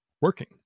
working